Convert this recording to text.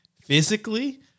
physically